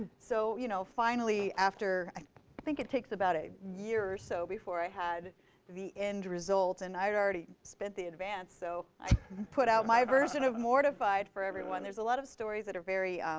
so, you know finally, after i think it takes about a year or so before i had the end result, and i'd already spent the advance. so i put out my version of mortified for everyone. there's a lot of stories that are very